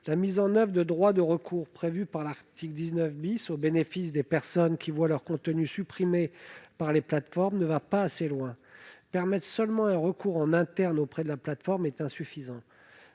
La mise en oeuvre de droits de recours prévus par l'article 19 au bénéfice des personnes qui voient leurs contenus supprimés par les plateformes ne va pas assez loin. Permettre uniquement un recours en interne auprès de la plateforme est insuffisant.